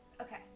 Okay